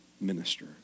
minister